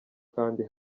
kandi